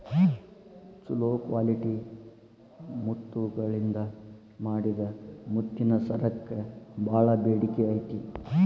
ಚೊಲೋ ಕ್ವಾಲಿಟಿ ಮುತ್ತಗಳಿಂದ ಮಾಡಿದ ಮುತ್ತಿನ ಸರಕ್ಕ ಬಾಳ ಬೇಡಿಕೆ ಐತಿ